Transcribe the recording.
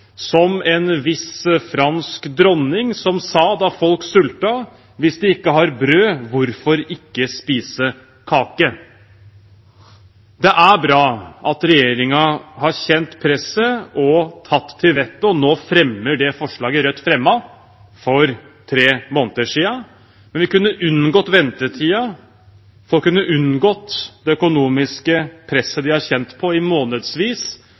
som en viss fransk dronning, som sa da folk sultet: Hvis de ikke har brød, hvorfor ikke spise kake? Det er bra at regjeringen har kjent presset og tatt til vettet og nå fremmer det forslaget Rødt fremmet for tre måneder siden. Men vi kunne unngått ventetida, folk kunne unngått det økonomiske presset de har kjent på i månedsvis